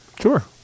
Sure